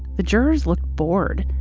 the jurors looked bored.